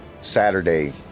Saturday